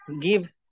give